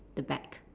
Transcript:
the back